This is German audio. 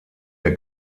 der